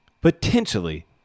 Potentially